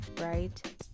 right